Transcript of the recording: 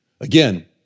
again